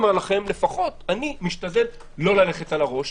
ולפחות אני משתדל לא ללכת על הראש,